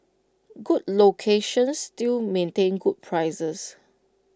good locations still maintain good prices